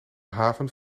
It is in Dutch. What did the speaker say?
haven